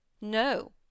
No